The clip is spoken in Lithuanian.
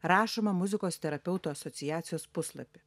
rašoma muzikos terapeutų asociacijos puslapyje